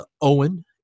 Owen